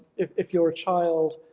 if if you're a child,